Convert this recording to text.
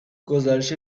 گزارش